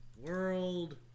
World